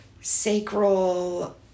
sacral